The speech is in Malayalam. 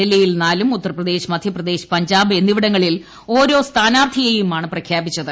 ഡൽഹിയിൽ നാലും ഉത്തർപ്രദേശ് മധ്യപ്രദേശ് പഞ്ചാബ് എന്നിവിടങ്ങളിൽ ഓരോ സ്ഥാനാർത്ഥിയെയുമാണ് പ്രഖ്യാപിച്ചത്